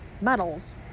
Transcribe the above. metals